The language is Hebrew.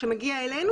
שמגיע אלינו,